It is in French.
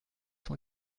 cent